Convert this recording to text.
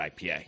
IPA